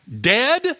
dead